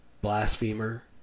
blasphemer